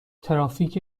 ترافیک